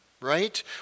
right